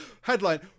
headline